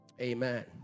Amen